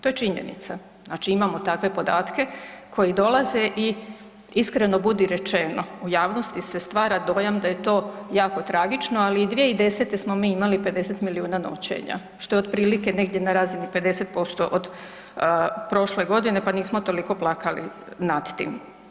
To je činjenica, znači imamo takve podatke koji dolaze i iskreno budi rečeno, u javnosti se stvara dojam da je to jako tragično ali i 2010. smo mi imali 50 milijuna noćenja što je otprilike negdje na razini 50% od prošle godine pa nismo toliko plakali nad tim.